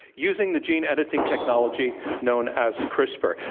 using the gene editing technology known as crispr.